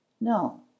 No